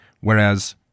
whereas